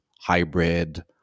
hybrid